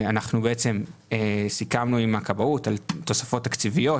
התקציב סיכמנו עם הכבאות על תוספות תקציביות